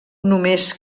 només